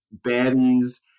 baddies